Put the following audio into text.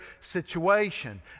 situation